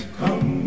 come